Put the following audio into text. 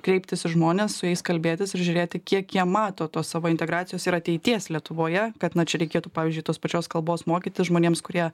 kreiptis į žmones su jais kalbėtis ir žiūrėti kiek jie mato tos savo integracijos ir ateities lietuvoje kad na čia reikėtų pavyžiui tos pačios kalbos mokytis žmonėms kurie